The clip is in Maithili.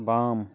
बाम